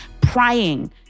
prying